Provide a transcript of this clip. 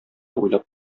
уйлап